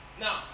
Now